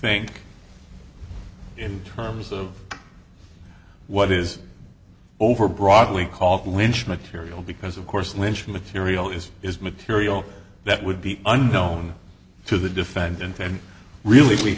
think in terms of what is overbroad we call clinch material because of course lynch material is is material that would be unknown to the defendant and really we